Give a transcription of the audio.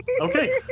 Okay